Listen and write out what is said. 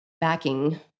backing